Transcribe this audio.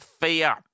fear